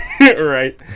Right